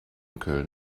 köln